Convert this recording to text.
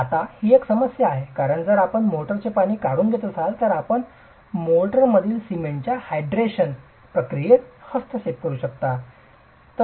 आता ही एक समस्या आहे कारण जर आपण मोर्टारचे पाणी काढून घेत असाल तर आपण मोर्टारमधील सिमेंटच्या हायड्रेशन प्रक्रियेस हस्तक्षेप करू शकता